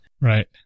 Right